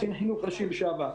קצין חינוך ראשי לשעבר.